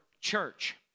church